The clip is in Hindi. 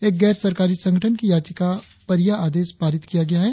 एक गैर सरकारी संगठन की याचिका पर यह आदेश पारित किया गया है